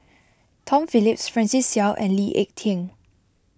Tom Phillips Francis Seow and Lee Ek Tieng